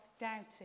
doubting